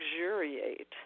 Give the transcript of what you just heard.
luxuriate